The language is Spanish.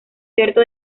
cierto